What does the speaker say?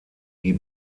die